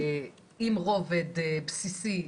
עם רובד בסיסי,